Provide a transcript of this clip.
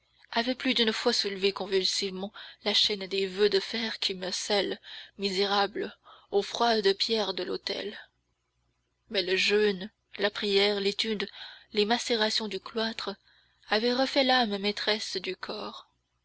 avait plus d'une fois soulevé convulsivement la chaîne des voeux de fer qui me scellent misérable aux froides pierres de l'autel mais le jeûne la prière l'étude les macérations du cloître avaient refait l'âme maîtresse du corps